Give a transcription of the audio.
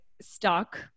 stuck